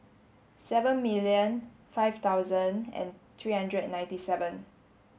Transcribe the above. seven million five thousand and three hundred ninety seven